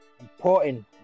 important